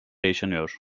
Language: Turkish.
yaşanıyor